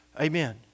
Amen